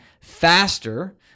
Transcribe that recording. faster